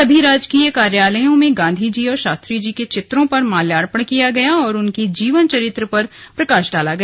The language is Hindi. सभी राजकीय कार्यालयों में गांधीजी और शास्त्रीजी के चित्रों पर माल्यार्पण किया गया और उनके जीवन चरित्र पर प्रकाश डाला गया